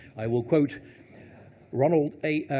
i will quote ronald a.